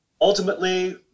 Ultimately